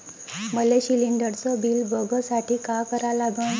मले शिलिंडरचं बिल बघसाठी का करा लागन?